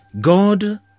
God